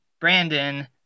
Brandon